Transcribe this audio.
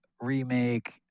remake